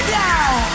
down